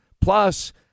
plus